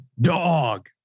Dog